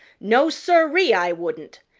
no, sir-ee, i wouldn't!